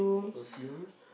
perfumes